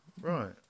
Right